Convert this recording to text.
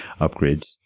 upgrades